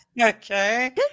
okay